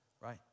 right